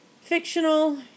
fictional